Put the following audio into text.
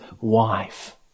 wife